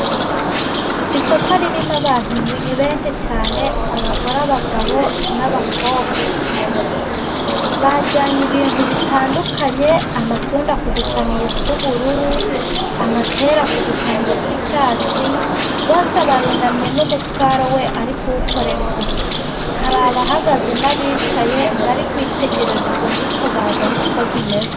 Isoko ririmo abantu benshi cyane abagore, abagabo n'abakobwa. Bajyanye ibintu bitandukanye amatunda ku dupaniye tw'ubururu, amapera ku dupaniye tw'icyatsi. Buri wese arunamye n'umutwaro we ari kuwukorera isuku. Hari abahagaze n'abicaye bari kwitegereza izo mbuto bazanye uko zimeze.